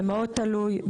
זה מאוד תלוי.